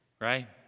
right